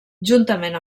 juntament